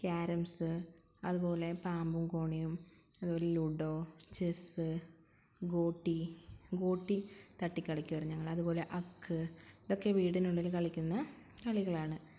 carroms അതുപോലെ പാമ്പും കോണിയും അതുപോലെ ലൂഡോ ചെസ്സ് ഗോട്ടി ഗോട്ടി തട്ടിക്കളിക്കുമായിരുന്നു ഞങ്ങള് അതുപോലെ അക്ക് ഇതൊക്കെ വീടിനുള്ളില് കളിക്കുന്ന കളികളാണ്